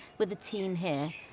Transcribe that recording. with the team here,